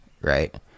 right